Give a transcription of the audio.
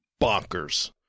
bonkers